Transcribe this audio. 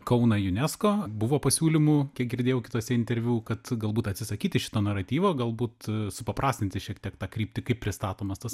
kauną unesco buvo pasiūlymų kiek girdėjau kituose interviu kad galbūt atsisakyti šito naratyvo galbūt supaprastinti šiek tiek tą kryptį kaip pristatomas tas